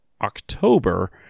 October